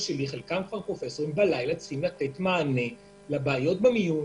צריכים לתת מענה בלילה לבעיות במיון